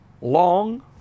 long